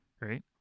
Right